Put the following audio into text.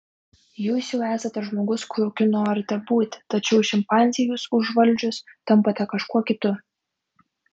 jūs jau esate žmogus kokiu norite būti tačiau šimpanzei jus užvaldžius tampate kažkuo kitu